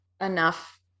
enough